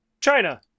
China